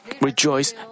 rejoice